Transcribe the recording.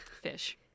Fish